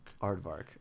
Aardvark